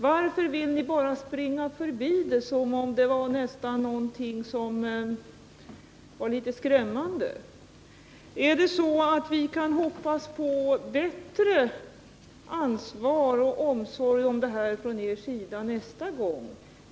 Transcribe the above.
Varför vill ni bara springa förbi det som om det skulle vara någonting nästan litet skrämmande? Ärdet så att vi kan hoppas på att ni visar bättre ansvar för och större omsorg om detta från ert håll nästa gång?